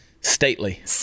stately